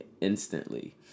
instantly